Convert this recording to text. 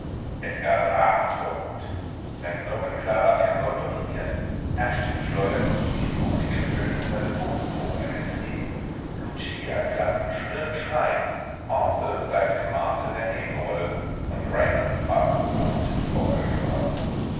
edgard rast vor wut sein glockenklarer tenor dominiert ashton schleudert ihm in wuchtigen tönen seine todesdrohungen entgegen lucia klagt in schrillen schreien arthur bleibt im maße der nebenrolle und raimunds baß brummt wie